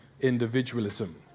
individualism